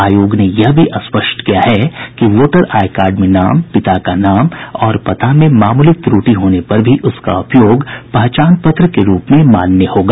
आयोग ने यह भी स्पष्ट किया है कि वोटर आईकार्ड में नाम पिता का नाम और पता में मामूली त्रुटि होने पर भी उसका उपयोग पहचान पत्र के रूप में मान्य होगा